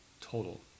total